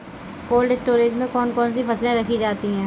Cold storage में कौन कौन सी फसलें रखी जाती हैं?